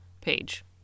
page